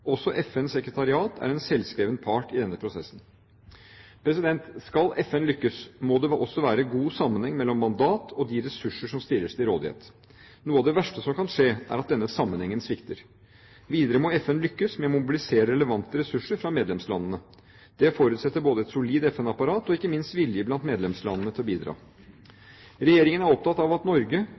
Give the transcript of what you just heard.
Også FNs sekretariat er en selvskreven part i denne prosessen. Skal FN lykkes, må det også være god sammenheng mellom mandat og de ressurser som stilles til rådighet. Noe av det verste som kan skje, er at denne sammenhengen svikter. Videre må FN lykkes med å mobilisere relevante ressurser fra medlemslandene. Det forutsetter både et solid FN-apparat og ikke minst vilje blant medlemslandene til å bidra. Regjeringen er opptatt av at